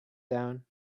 down